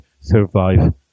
survive